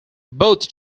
both